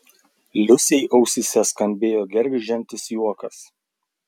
liusei ausyse skambėjo gergždžiantis juokas